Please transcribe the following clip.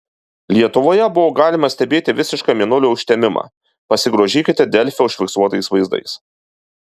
lietuvoje buvo galima stebėti visišką mėnulio užtemimą pasigrožėkite delfi užfiksuotais vaizdais